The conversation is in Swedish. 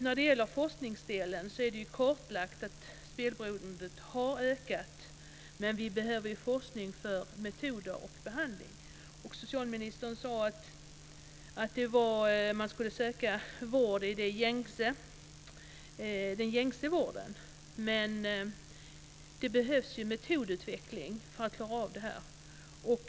När det gäller forskningen är det kartlagt att spelberoendet har ökat. Men vi behöver forskning för att finna behandlingsmetoder. Socialministern sade att vård ska sökas inom den gängse vården. Men det behövs ju en metodutveckling för att klara av det här.